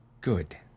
Good